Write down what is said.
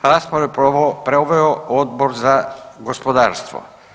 Raspravu je proveo Odbor za gospodarstvo.